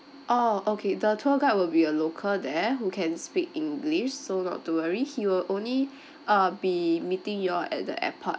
orh okay the tour guide will be a local there who can speak english so not to worry he will only uh be meeting you all at the airport